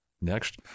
Next